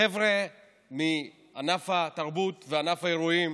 אלה חבר'ה מענף התרבות וענף האירועים,